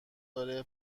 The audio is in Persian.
داره